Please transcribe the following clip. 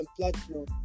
platinum